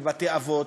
בבתי-אבות,